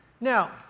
Now